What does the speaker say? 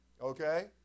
okay